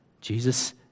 Jesus